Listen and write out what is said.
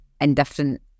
indifferent